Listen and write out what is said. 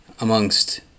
amongst